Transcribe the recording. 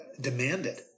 demanded